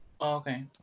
okay